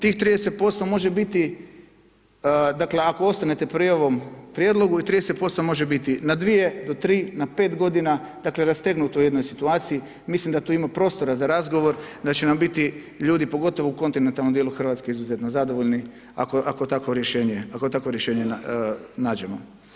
Tih 30% može biti, dakle ako ostanete pri ovom prijedlogu i 30% može biti na 2 do 3, na 5 godina dakle rastegnuto u jednoj situaciji, mislim da tu ima prostora za razgovor, da će nam biti ljudi pogotovo u kontinentalnom dijelu Hrvatske izuzetno zadovoljni, ako takvo rješenje nađemo.